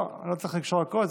לא צריך לקשור הכול.